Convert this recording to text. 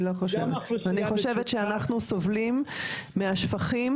אני חושבת שאנחנו סובלים מהשפכים.